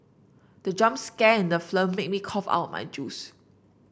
the jump scare in the film made me cough out my juice